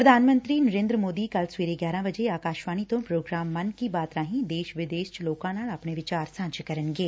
ਪ੍ਰਧਾਨ ਮੰਤਰੀ ਨਰੇਂਦਰ ਸੋਦੀ ਕੱਲੂ ਸਵੇਰੇ ਆਕਾਸ਼ਵਾਣੀ ਤੋਂ ਪ੍ਰੋਗਰਾਮ ਮਨ ਕੀ ਬਾਤ ਰਾਹੀਂ ਦੇਸ਼ ਵਿਦੇਸ਼ ਚ ਲੋਕਾ ਨਾਲ ਆਪਣੇ ਵਿਚਾਰ ਸਾਂਝੇ ਕਰਨਗੇ